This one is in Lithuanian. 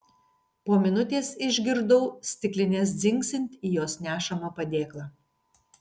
po minutės išgirdau stiklines dzingsint į jos nešamą padėklą